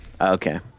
Okay